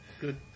Good